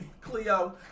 Cleo